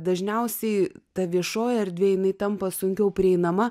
dažniausiai ta viešoji erdvė jinai tampa sunkiau prieinama